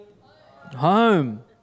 Home